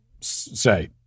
say